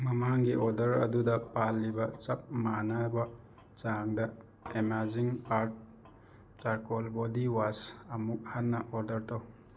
ꯃꯃꯥꯡꯒꯤ ꯑꯣꯔꯗꯔ ꯑꯗꯨꯗ ꯄꯥꯟꯂꯤꯕ ꯆꯞ ꯃꯥꯟꯅꯕ ꯆꯥꯡꯗ amazing earth charcoal body wash ꯑꯃꯨꯛ ꯍꯟꯅ ꯑꯣꯔꯗꯔ ꯇꯧ